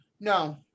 no